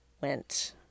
went